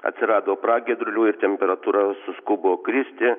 atsirado pragiedrulių ir temperatūra suskubo kristi